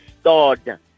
stored